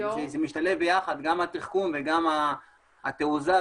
משתלבים פה יחד תחכום ותעוזה.